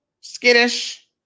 skittish